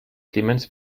clemens